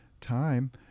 time